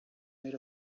made